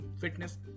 fitness